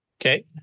Okay